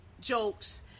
jokes